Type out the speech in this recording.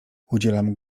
udzielam